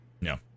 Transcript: no